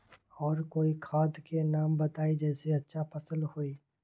और कोइ खाद के नाम बताई जेसे अच्छा फसल होई?